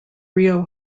rio